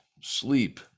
sleep